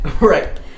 Right